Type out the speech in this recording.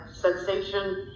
sensation